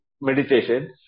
meditation